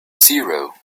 zero